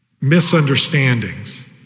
misunderstandings